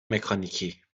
مکانیکی